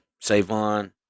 Savon